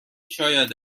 شاید